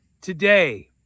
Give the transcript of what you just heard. Today